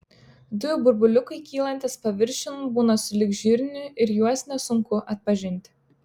dujų burbuliukai kylantys paviršiun būna sulig žirniu ir juos nesunku atpažinti